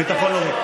ביטחון לאומי.